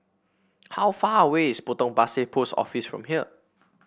how far away is Potong Pasir Post Office from here